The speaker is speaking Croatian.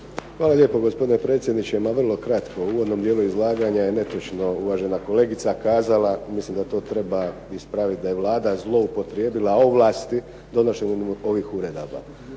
Hvala lijepo, gospodine predsjedniče. Ma vrlo kratko. U uvodnom dijelu izlaganja je netočno uvažena kolegica kazala, mislim da to treba ispravit, da je Vlada zloupotrijebila ovlasti donošenjem ovih uredaba.